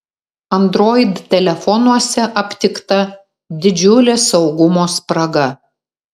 android telefonuose aptikta didžiulė saugumo spraga